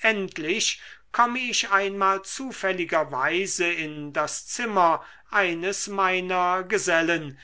endlich komme ich einmal zufälligerweise in das zimmer eines meiner gesellen